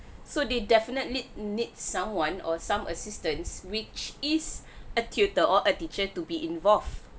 so they definitely need someone or some assistance which is a tutor or a teacher to be involved